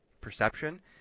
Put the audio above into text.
perception